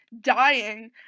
dying